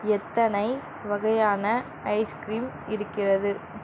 எத்தனை வகையான ice cream இருக்கிறது